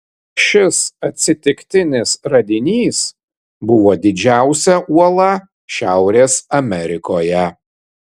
šis atsitiktinis radinys buvo didžiausia uola šiaurės amerikoje